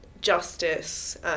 justice